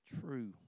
true